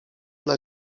dla